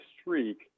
streak